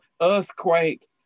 earthquake